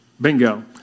Bingo